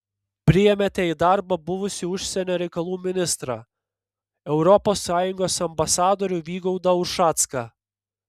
priėmėte į darbą buvusį užsienio reikalų ministrą europos sąjungos ambasadorių vygaudą ušacką